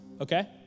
okay